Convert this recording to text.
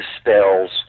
spells